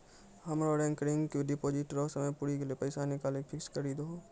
हमरो recurring deposit रो समय पुरी गेलै पैसा निकालि के फिक्स्ड करी दहो